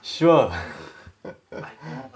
sure